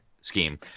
scheme